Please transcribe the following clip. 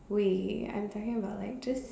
way I'm talking about like just